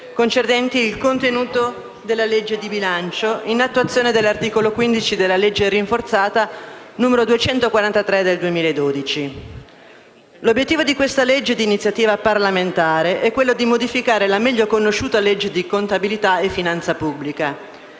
concernenti il contenuto della legge di bilancio, in attuazione dell'articolo 15 della legge rinforzata n. 243 del 2012. L'obiettivo di questa legge di iniziativa parlamentare è di modificare la meglio conosciuta legge di contabilità e finanza pubblica.